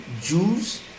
Jews